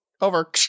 Over